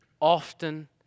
often